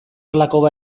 lakoba